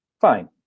fine